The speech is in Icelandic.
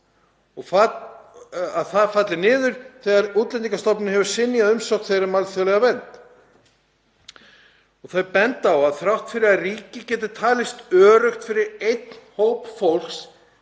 og að þau falli niður þegar Útlendingastofnun hefur synjað umsókn um alþjóðlega vernd. Þau benda á að þrátt fyrir að ríki geti talist öruggt fyrir einn hóp fólks